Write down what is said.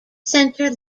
centre